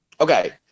Okay